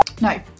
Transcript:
No